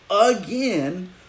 again